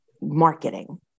marketing